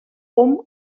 hom